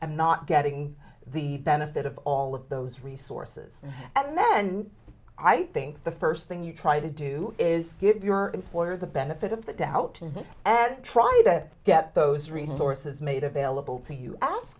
i'm not getting the benefit of all of those resources and then i think the first thing you try to do is give your employer the benefit of the doubt and try that get those resources made available to you ask